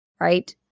Right